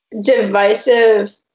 divisive